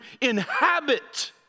inhabit